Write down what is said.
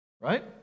right